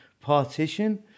partition